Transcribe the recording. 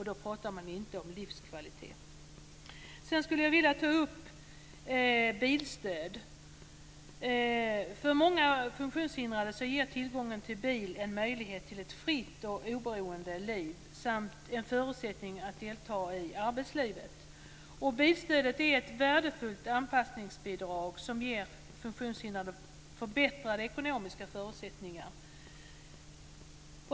Det är inte livskvalitet. Sedan skulle jag vilja ta upp bilstöd. För många funktionshindrade ger tillgången till bil en möjlighet till ett fritt och oberoende liv, och bilen är en förutsättning för att kunna delta i arbetslivet. Bilstödet är ett värdefullt anpassningsbidrag som ger funktionshindrade förbättrade ekonomiska förutsättningar.